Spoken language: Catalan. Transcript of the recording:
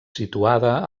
situada